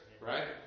Right